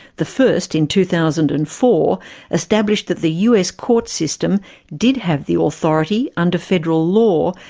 the first, in two thousand and four established that the us court system did have the authority under federal law,